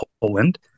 poland